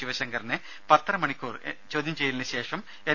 ശിവശങ്കറിനെ പത്തര മണിക്കൂർ ചോദ്യം ചെയ്യലിനു ശേഷം എൻ